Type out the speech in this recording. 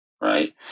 right